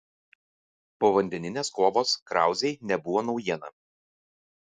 povandeninės kovos krauzei nebuvo naujiena